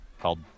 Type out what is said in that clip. called